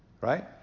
Right